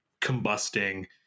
combusting